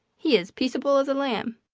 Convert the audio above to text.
he is peaceable as a lamb.